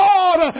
Lord